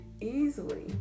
easily